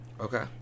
Okay